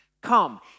come